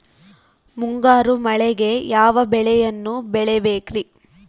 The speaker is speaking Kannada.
ಮುಂಗಾರು ಮಳೆಗೆ ಯಾವ ಬೆಳೆಯನ್ನು ಬೆಳಿಬೇಕ್ರಿ?